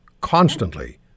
Constantly